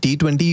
T20